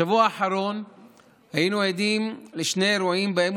בשבוע האחרון היינו עדים לשני אירועים שבהם